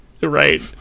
right